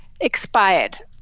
expired